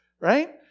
Right